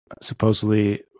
supposedly